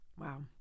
wow